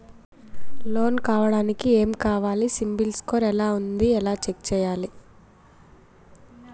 Loan కావడానికి ఏమి కావాలి సిబిల్ స్కోర్ ఎలా ఉంది ఎలా చెక్ చేయాలి?